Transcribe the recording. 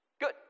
Good